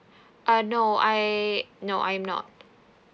uh no I no I'm not